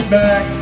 back